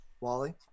Wally